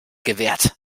gewährt